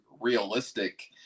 realistic